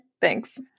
Thanks